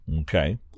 Okay